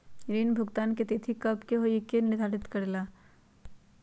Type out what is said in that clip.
ऋण भुगतान की तिथि कव के होई इ के निर्धारित करेला?